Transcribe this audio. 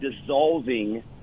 dissolving